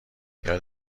یاد